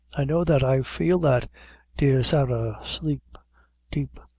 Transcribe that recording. i know that i feel that dear sarah, sleep deep,